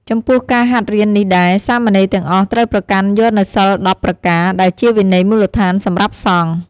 ចំពោះការហាត់រៀននេះដែរ សាមណេរទាំងអស់ត្រូវប្រកាន់យកនូវសីល ១០ ប្រការ ដែលជាវិន័យមូលដ្ឋានសម្រាប់សង្ឃ។